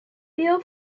bill